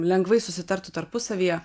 lengvai susitartų tarpusavyje